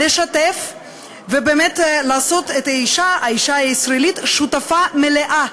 לשתף ובאמת לעשות את האישה הישראלית שותפה מלאה,